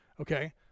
Okay